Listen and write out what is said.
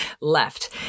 left